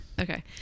Okay